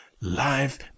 life